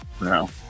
No